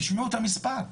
תשמעו את המספר,